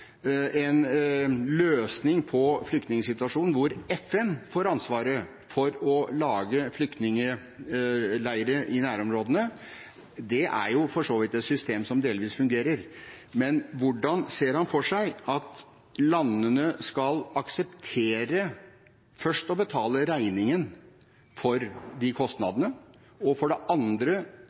en løsning på flyktningsituasjonen, at FN får ansvaret for å lage flyktningleirer i nærområdene. Det er for så vidt et system som delvis fungerer, men hvordan ser han for seg at landene skal akseptere for det første å betale regningen for de kostnadene og for det andre